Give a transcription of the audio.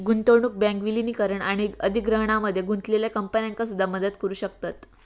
गुंतवणूक बँक विलीनीकरण आणि अधिग्रहणामध्ये गुंतलेल्या कंपन्यांका सुद्धा मदत करू शकतत